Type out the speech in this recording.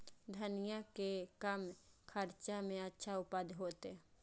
धनिया के कम खर्चा में अच्छा उपज होते?